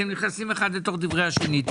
אתם נכנסים אחד לתוך דברי השני.